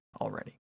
already